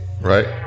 right